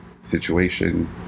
situation